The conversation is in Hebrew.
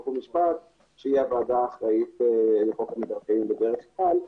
חוק ומשפט שהיא הוועדה האחראית לחוק המקרקעין בדרך כלל,